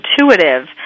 intuitive